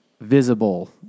visible